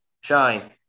Shine